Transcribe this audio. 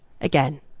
again